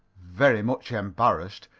very much embarrassed,